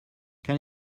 can